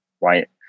right